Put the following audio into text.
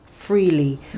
freely